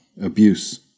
abuse